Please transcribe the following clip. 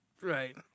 Right